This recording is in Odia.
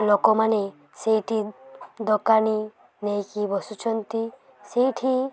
ଲୋକମାନେ ସେଇଠି ଦୋକାନୀ ନେଇକି ବସୁଛନ୍ତି ସେଇଠି